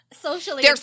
socially